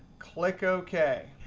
click ok.